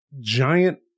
giant